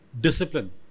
Discipline